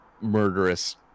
murderous